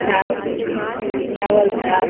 चावल चावल दाल